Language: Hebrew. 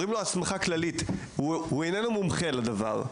אומרים לו הסמכה כללית והוא איננו מומחה לדבר.